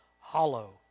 hollow